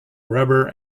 rubber